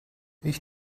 ich